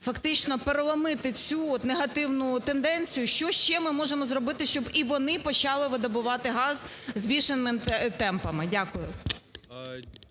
фактично переломити цю негативну тенденцію? Що це ми можемо зробити, щоб і вони почали видобувати газ більшими темпами? Дякую.